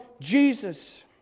Jesus